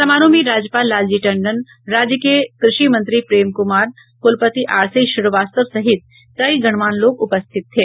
समारोह में राज्यपाल लालजी टंडन राज्य के कृषि मंत्री प्रेम कुमार कुलपति आरसी श्रीवास्तव सहित कई गणमान्य लोग उपस्थित थे